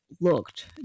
looked